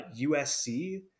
USC